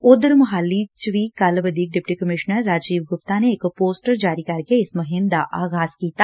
ਓਧਰ ਮੁਹਾਲੀ ਵਿਚ ਵੀ ਕੱਲੁ ਵਧੀਕ ਡਿਪਟੀ ਕਮਿਸ਼ਨਰ ਰਾਜੀਵ ਗੁਪਤਾ ਨੇ ਇਕ ਪੋਸਟਰ ਜਾਰੀ ਕਰਕੇ ਇਸ ਮੁਹਿੰਮ ਦਾ ਆਗਾਜ ਕੀਤਾ